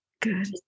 good